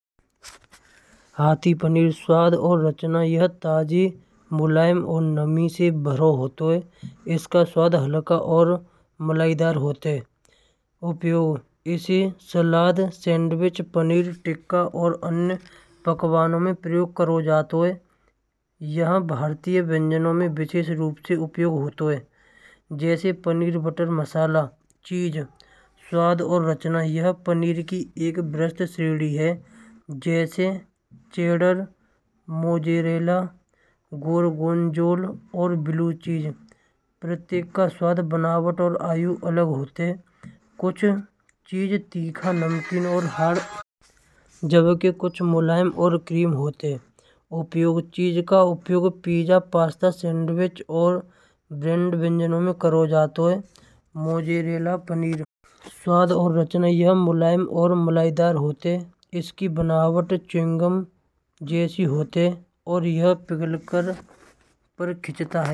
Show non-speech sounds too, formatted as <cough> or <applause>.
आरती पनीर स्वाद और रचना। यह ताजी मुलायम और नामी से भरो होत होय। इसका स्वाद हल्का और मलाईदार होते हैं। उपयोग से सलाद सैंडविच पनीर टिक्का और अन्य पकवानों में प्रयोग करो जातो। यह भारतीय व्यंजनो में विजयी रूप से प्रयोग होते हैं। जैसा पनीर बटर मसाला, स्वाद और रचना यह पनीर की एक बेहतरीन श्रेणी है। जैसे चेडर, मॉन्जरेला, गॉर्गन्जोला और ब्लू चीज़। प्रतीक का स्वाद बनाता है और आयु अलग होती है। कुछ चीज तीखा <noise> नमकीन और हर जगह के कुछ मुलायम और क्रीमी होते हैं। उपयोग चीज का उपयोग पिज़्ज़ा पास्ता सैंडविच और ग्रेल्ड व्यंजनों में करो जाता है। मॉन्जरेला पनीर स्वाद और रचना या मुलायम और मूलाधार होते होय। इसकी बनावट चिंगम जैसी होते होय।